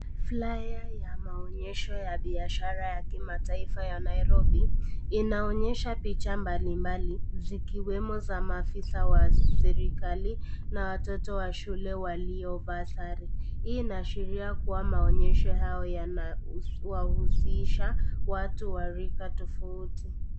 Flaya ya maonyesho ya biashara ya kimataifa ya Nairobi, inaonyesha picha mbalimbali zikiwemo za maafisa wa serikali na watoto wa shule waliovaa sare, hii ina ashiria Kuna maonyesho haya yanawahusisha watu wa rika tofauti tofauti.